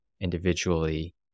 individually